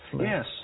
yes